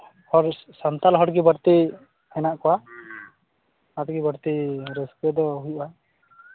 ᱦᱚᱲ ᱥᱟᱱᱛᱟᱞ ᱦᱚᱲᱜᱮ ᱵᱟᱹᱲᱛᱤ ᱦᱮᱱᱟᱜ ᱠᱚᱣᱟ ᱟᱹᱰᱤ ᱵᱟᱹᱲᱛᱤ ᱨᱟᱹᱥᱠᱟᱹ ᱫᱚ ᱦᱩᱭᱩᱜᱼᱟ